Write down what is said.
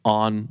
on